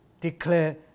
declare